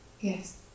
Yes